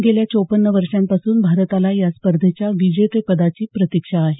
गेल्या चोपन्न वर्षांपासून भारताला या स्पर्धेच्या विजेतेपदाची प्रतीक्षा आहे